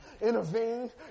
intervene